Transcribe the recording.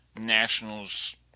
Nationals